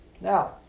Now